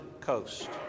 coast